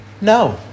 No